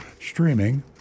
streaming